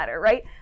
right